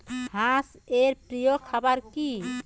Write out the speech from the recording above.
হাঁস এর প্রিয় খাবার কি?